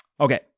Okay